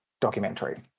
documentary